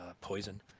poison